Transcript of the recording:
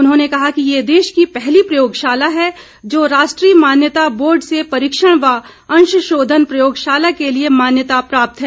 उन्होंने कहा ँकि ये देश की पहली प्रयोगशाला है जो राष्ट्रीय मान्यता बोर्ड से परीक्षण व अंशशोधन प्रयोगशाला के लिए मान्यता प्राप्त है